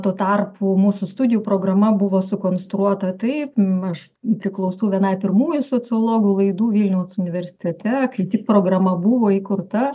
tuo tarpu mūsų studijų programa buvo sukonstruota taip aš priklausau vienai pirmųjų sociologų laidų vilniaus universitete kai tik programa buvo įkurta